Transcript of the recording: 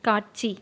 காட்சி